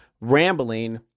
rambling